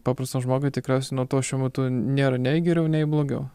paprastam žmogui tikriausiai nuo to šiuo metu nėra nei geriau nei blogiau